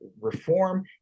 reform